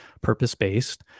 purpose-based